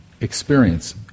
experience